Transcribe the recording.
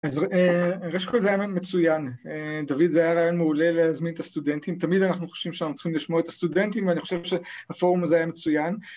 אז ראש כול זה היה מצוין, דוד זה היה רעיון מעולה להזמין את הסטודנטים, תמיד אנחנו חושבים שאנחנו צריכים לשמוע את הסטודנטים ואני חושב שהפורום הזה היה מצוין.